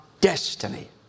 destiny